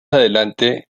adelante